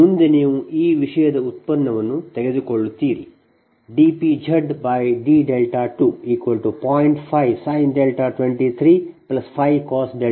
ಮುಂದೆ ನೀವು ಈ ವಿಷಯದ ವ್ಯುತ್ಪನ್ನವನ್ನು ತೆಗೆದುಕೊಳ್ಳುತ್ತೀರಿ dP2d20